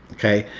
okay?